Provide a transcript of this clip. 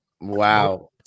Wow